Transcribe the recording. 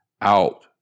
out